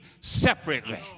separately